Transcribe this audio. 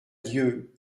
dieu